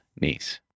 niece